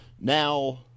Now